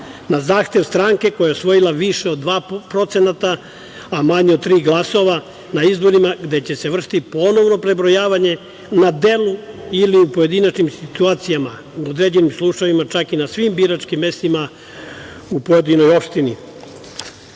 na zahtev stranke koja je osvojila više od 2%, a manje od tri glasa na izborima gde će vršiti ponovno prebrojavanje na delu ili u pojedinačnim situacijama u određenim slučajevima, čak i na svim biračkim mestima u pojedinoj opštini. Treća